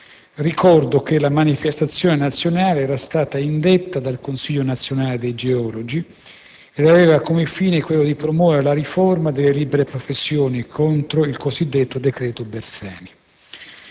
Ricordo che la manifestazione nazionale era stata indetta dal Consiglio nazionale dei geologi ed aveva come fine quello di promuovere la "riforma delle libere professioni, contro il c.d. decreto Bersani".